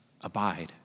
Abide